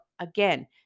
Again